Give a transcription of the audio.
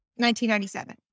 1997